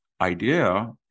idea